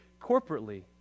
corporately